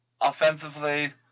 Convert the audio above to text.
offensively